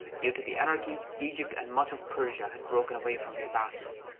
due to the anarchy, egypt and much of persia had broken away from the abbasids.